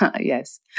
Yes